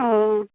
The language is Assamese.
অঁ